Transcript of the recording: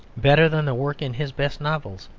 better than the work in his best novels,